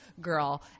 girl